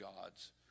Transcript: God's